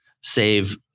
save